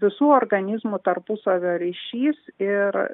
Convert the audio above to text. visų organizmų tarpusavio ryšys ir